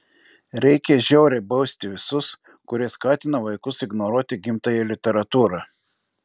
reikia žiauriai bausti visus kurie skatina vaikus ignoruoti gimtąją literatūrą